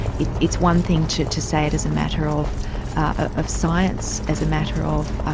it's it's one thing to to say it as a matter of of science, as a matter of,